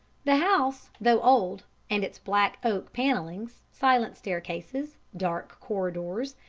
the house, though old and its black oak panellings, silent staircases, dark corridors,